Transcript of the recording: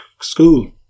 school